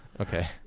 Okay